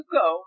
go